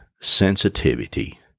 sensitivity